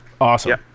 Awesome